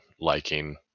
liking